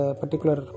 particular